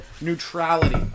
Neutrality